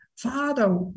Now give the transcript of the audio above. Father